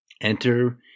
Enter